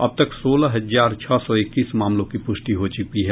अब तक सोलह हजार छह सौ इक्कीस मामलों की पुष्टि हो चुकी है